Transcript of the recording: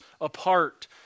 apart